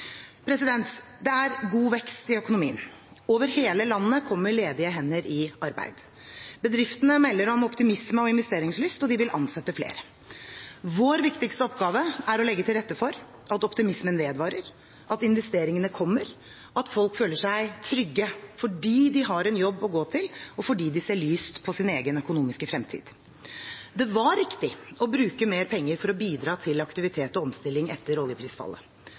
Det er god vekst i økonomien. Over hele landet kommer ledige hender i arbeid. Bedriftene melder om optimisme og investeringslyst, og de vil ansette flere. Vår viktigste oppgave er å legge til rette for at optimismen vedvarer, at investeringene kommer, at folk føler seg trygge fordi de har en jobb å gå til, og fordi de ser lyst på sin egen økonomiske fremtid. Det var riktig å bruke mer penger for å bidra til aktivitet og omstilling etter oljeprisfallet.